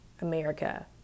America